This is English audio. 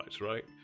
right